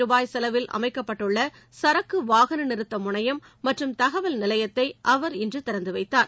ரூபாய் செலவில் அமைக்கப்பட்டுள்ள சரக்கு வாகன நிறுத்த முனையம் மற்றும் தகவல் நிலையத்தை அவர் இன்று திறந்து வைத்தார்